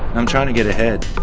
i'm trying to get a head.